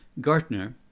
Gartner